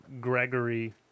Gregory